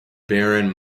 baron